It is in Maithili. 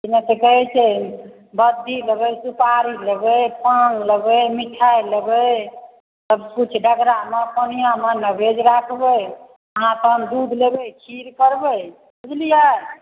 की दन तऽ कहै छै बत्ती लेबै सुपारी लेबै पान लेबै मिठाइ लेबै सब किछु डगरामे कोनिआमे नैवेद्य राखबै अहाँ अपन दूध लेबै खीर करबै बुझलियै